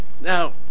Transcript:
Now